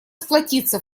сплотиться